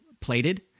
plated